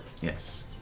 Yes